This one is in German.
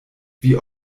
wie